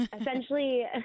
Essentially